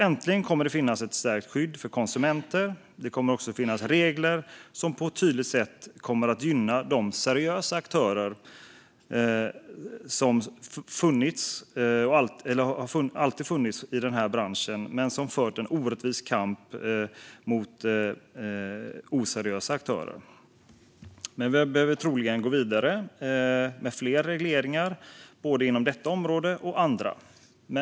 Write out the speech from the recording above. Äntligen kommer det att finnas ett stärkt skydd för konsumenter! Det kommer också att finnas regler som på ett tydligt sätt gynnar de seriösa aktörer som alltid har funnits i den här branschen men som på ett orättvist sätt tvingats föra en kamp mot oseriösa aktörer. Men vi behöver troligen gå vidare med fler regleringar inom både detta område och andra.